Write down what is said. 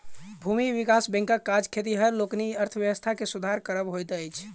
भूमि विकास बैंकक काज खेतिहर लोकनिक अर्थव्यवस्था के सुधार करब होइत अछि